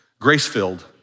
grace-filled